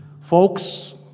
Folks